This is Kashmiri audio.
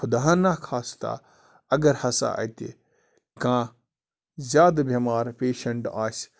خدانَخواستہ اَگر ہَسا اَتہِ کانٛہہ زیادٕ بٮ۪مار پیشنٛٹ آسہِ